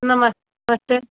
नमस मस्ते